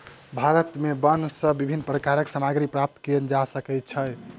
भारत में वन सॅ विभिन्न प्रकारक सामग्री प्राप्त कयल जा सकै छै